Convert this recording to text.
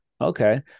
Okay